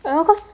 and of course